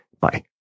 Bye